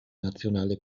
nationale